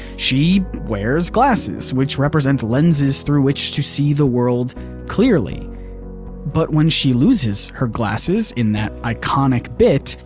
she wears glasses which represents lenses through which to see the world clearly but when she loses her glasses in that iconic bit.